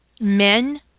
men